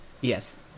Yes